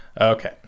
Okay